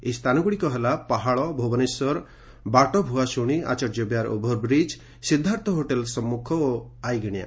ଏହି ସ୍ଥାନଗୁଡ଼ିକ ହେଲା ପାହାଳ ଭୁବନେଶ୍ୱର ବାଟଭ୍ରଆସୁଣୀ ଆଚାର୍ଯ୍ୟବିହାର ଓଭରବ୍ରିକ୍ ସିଦ୍ଧାର୍ଥ ହୋଟେଲ ସମ୍ମୁଖ ଓ ଆଇଗିଣିଆ